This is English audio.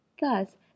Thus